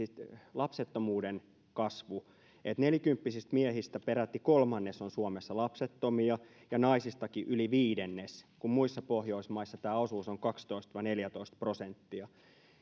lapsettomuuden kasvu nelikymppisistä miehistä peräti kolmannes on suomessa lapsettomia ja naisistakin yli viidennes kun muissa pohjoismaissa tämä osuus on kaksitoista viiva neljätoista prosenttia